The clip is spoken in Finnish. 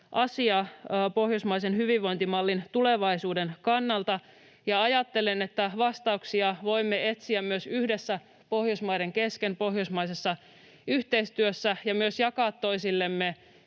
asia pohjoismaisen hyvinvointimallin tulevaisuuden kannalta, ja ajattelen, että vastauksia voimme etsiä myös yhdessä Pohjoismaiden kesken pohjoismaisessa yhteistyössä ja myös jakaa toisillemme